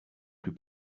plus